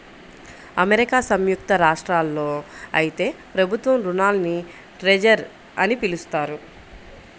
America సంయుక్త రాష్ట్రాల్లో అయితే ప్రభుత్వ రుణాల్ని ట్రెజర్ అని పిలుస్తారు